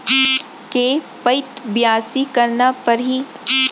के पइत बियासी करना परहि?